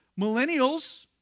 millennials